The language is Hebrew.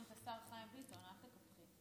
יש גם את השר חיים ביטון, שהוא?